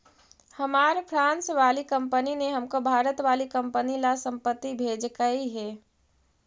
हमार फ्रांस वाली कंपनी ने हमको भारत वाली कंपनी ला संपत्ति भेजकई हे